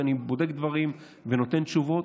כי אני בודק דברים ונותן תשובות.